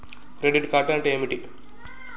Credit card అంటే ఏమిటి?